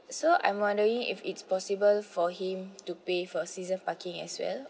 so I'm wondering if it's possible for him to pay for season parking as well